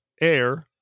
Air